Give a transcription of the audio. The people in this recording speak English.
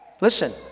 Listen